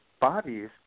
bodies